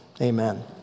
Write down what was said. Amen